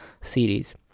series